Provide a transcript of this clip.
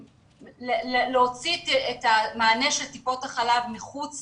הוצאת המענה של טיפות החלב מחוץ